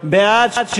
בעד,